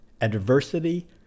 adversity